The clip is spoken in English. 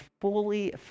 fully